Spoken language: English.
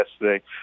yesterday